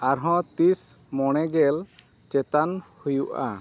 ᱟᱨᱦᱚᱸ ᱛᱤᱥ ᱢᱚᱬᱮ ᱜᱮᱞ ᱪᱮᱛᱟᱱ ᱦᱩᱭᱩᱜᱼᱟ